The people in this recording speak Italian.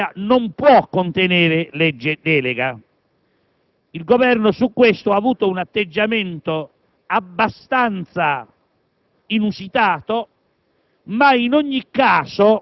È noto che la legge finanziaria non può contenere una legge delega: il Governo al riguardo ha tenuto un atteggiamento abbastanza